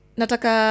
nataka